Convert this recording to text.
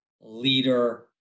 leader